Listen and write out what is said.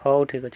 ହଉ ଠିକ୍ ଅଛି